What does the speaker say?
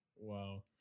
wow